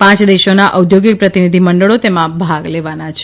પાંચ દેશોના ઔદ્યોગિક પ્રતિનિધિ મંડળો તેમાં ભાગ લેવાના છે